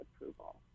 approval